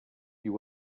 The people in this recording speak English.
you